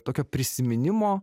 tokio prisiminimo